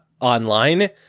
online